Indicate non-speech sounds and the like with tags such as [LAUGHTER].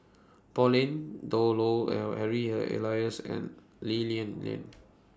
Pauline Dawn Loh L Harry [HESITATION] Elias and Lee Lian Lian